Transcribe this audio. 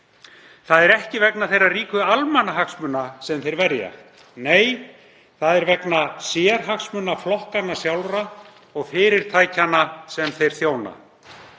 Það er ekki vegna þeirra ríku almannahagsmuna sem þeir verja. Nei, það er vegna sérhagsmuna flokkanna sjálfra og fyrirtækjanna sem þeir þjóna.